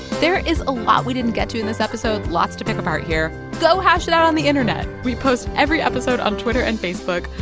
there is a lot we didn't get to in this episode lots to pick apart here. go hash it out on the internet. we post every episode on twitter and facebook.